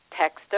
text